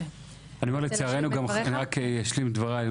אני רק אשלים את דבריי,